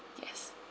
yes